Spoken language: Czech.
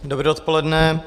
Dobré odpoledne.